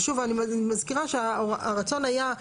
ושוב אני מזכירה שהרצון היה,